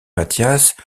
matthias